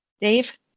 Dave